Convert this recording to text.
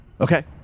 Okay